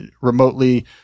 remotely